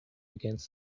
against